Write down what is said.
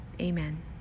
Amen